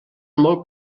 molt